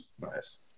Nice